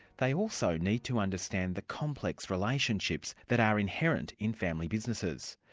they also need to understand the complex relationships that are inherent in family businesses.